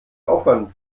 aufwand